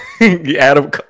Adam